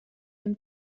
dem